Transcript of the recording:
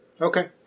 Okay